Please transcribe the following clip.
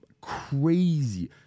crazy